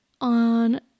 on